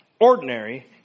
ordinary